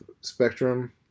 spectrum